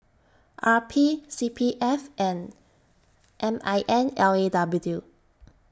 R P C P F and M I N L A W